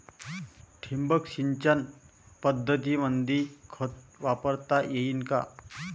ठिबक सिंचन पद्धतीमंदी खत वापरता येईन का?